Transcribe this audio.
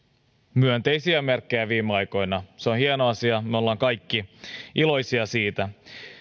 myönteisiä merkkejä viime aikoina se on hieno asia me olemme kaikki iloisia siitä